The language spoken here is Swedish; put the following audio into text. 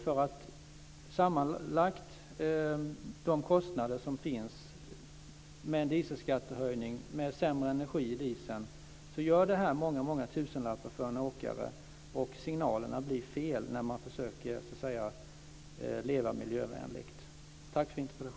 De kostnader som sammanlagt finns, med en dieselskattehöjning, med sämre energi i dieseln, gör många tusenlappar för en åkare. Signalerna blir också fel när man försöker leva miljövänligt.